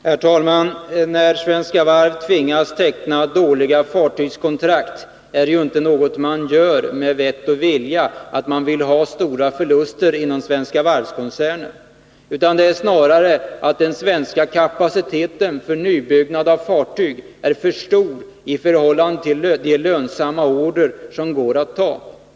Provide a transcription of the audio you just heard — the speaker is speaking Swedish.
Herr talman! När Svenska Varv tvingas teckna dåliga fartygskontrakt är det ju inte någonting man gör med vett och vilja, därför att man vill ha stora förluster inom Svenska Varvs-koncernen. Det är snarare så att den svenska kapaciteten för nybyggnad av fartyg är för stor i förhållande till de lönsamma order som går att ta.